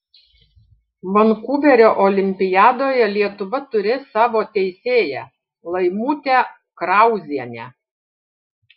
vankuverio olimpiadoje lietuva turės savo teisėją laimutę krauzienę